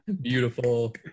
Beautiful